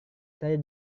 saya